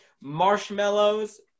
marshmallows